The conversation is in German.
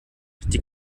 die